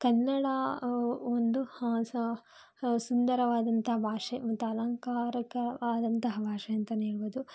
ಕನ್ನಡ ಒಂದು ಸ ಸುಂದರವಾದಂಥ ಭಾಷೆ ಮತ್ತು ಅಲಂಕಾರಿಕವಾದಂತಹ ಭಾಷೆ ಅಂತಲೇ ಹೇಳ್ಬೋದು